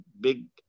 big